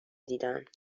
دیدن